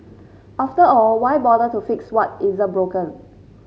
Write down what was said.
after all why bother to fix what isn't broken